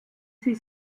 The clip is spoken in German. sie